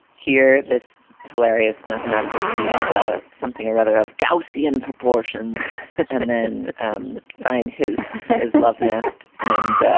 hear this hilarious mathematical speech about ah something or other of gaussian proportions and then um find his his love nest and